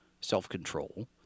self-control